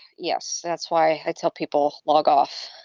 yes. that's why i tell people, log off